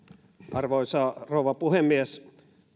arvoisa rouva puhemies